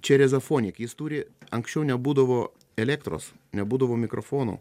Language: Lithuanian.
čia rezofonik jis turi anksčiau nebūdavo elektros nebūdavo mikrofonų